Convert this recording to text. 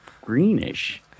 greenish